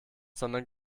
sondern